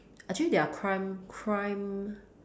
actually their crime crime